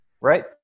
Right